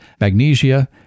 Magnesia